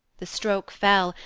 the stroke fell,